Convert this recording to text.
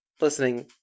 listening